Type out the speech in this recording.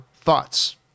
thoughts